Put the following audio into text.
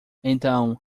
então